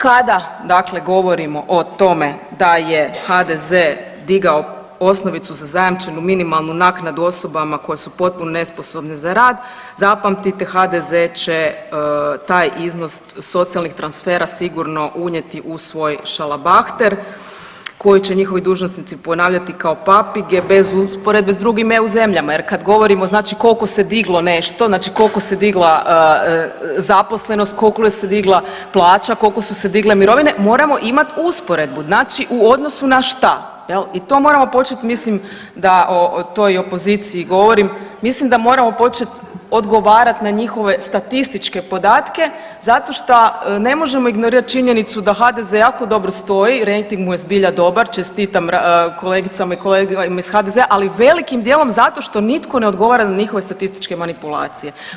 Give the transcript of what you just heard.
Kada dakle govorimo o tome da je HDZ digao osnovicu za zajamčenu minimalnu naknadu osobama koje su potpuno nesposobne za rad, zapamtite HDZ će taj iznos socijalnih transfera sigurno unijeti u svoj šalabahter koji će njihovi dužnosnici ponavljati kao papige, bez usporedbe s drugim EU zemljama jer kad govorimo koliko se diglo nešto, znači koliko se digla zaposlenost, koliko se digla plaća, koliko su se digle mirovine moramo imati usporedbu znači u odnosu na šta i to moramo početi mislim da to i opoziciji govorim, mislim da moramo počet odgovarat na njihove statističke podatke zato šta ne možemo ignorirati činjenicu da HDZ jako dobro stoji, rejting mu je zbilja dobar, čestitam kolegicama i kolegama iz HDZ-a, ali velikim dijelom zato što nitko ne odgovara na njihove statističke manipulacije.